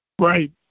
Right